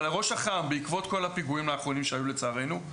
בעקבות כל הפיגועים האחרונים שהיו לצערנו,